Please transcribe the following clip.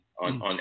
on